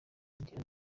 diana